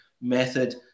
method